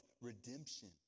redemption